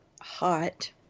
hot